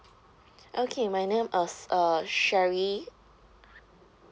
okay my name is uh sherry